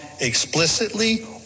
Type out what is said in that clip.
explicitly